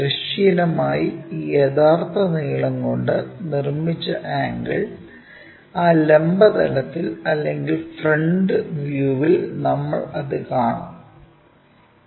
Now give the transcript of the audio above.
തിരശ്ചീനമായി ഈ യഥാർത്ഥ നീളം കൊണ്ട് നിർമ്മിച്ച ആംഗിൾ ആ ലംബ തലത്തിൽ അല്ലെങ്കിൽ ഫ്രണ്ട് വ്യൂവിൽ നമ്മൾ അത് കാണും